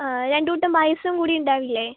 അ രണ്ട് കൂട്ടം പായസം കൂടി ഉണ്ടാവില്ലെ